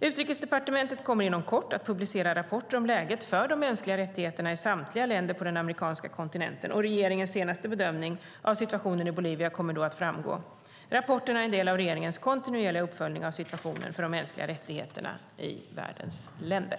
Utrikesdepartementet kommer inom kort att publicera rapporter om läget för de mänskliga rättigheterna i samtliga länder på den amerikanska kontinenten. Regeringens senaste bedömning av situationen i Bolivia kommer då att framgå. Rapporterna är en del av regeringens kontinuerliga uppföljning av situationen för de mänskliga rättigheterna i världens länder.